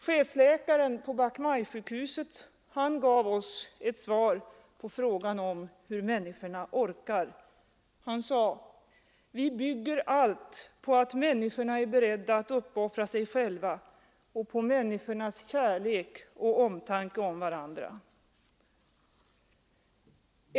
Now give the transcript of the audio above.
Chefsläkaren på Bach Mai-sjukhuset gav oss ett svar på frågan om hur människorna orkar: Vi bygger allt på att människorna är beredda att uppoffra sig själva och på människornas kärlek och omtanke om varandra.